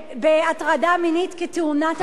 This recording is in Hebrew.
בהטרדה מינית כתאונת עבודה.